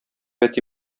әти